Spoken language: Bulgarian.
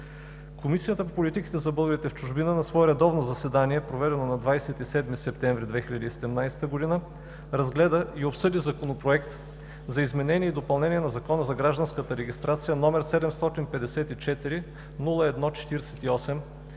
Комисията по политиките за българите в чужбина на свое редовно заседание, проведено на 27 септември 2017 г., разгледа и обсъди Законопроект за изменение и допълнение на Закона за гражданската регистрация, № 754-01-48,